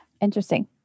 Interesting